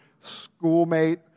schoolmate